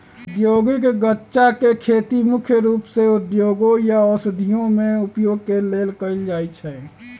औद्योगिक गञ्जा के खेती मुख्य रूप से उद्योगों या औषधियों में उपयोग के लेल कएल जाइ छइ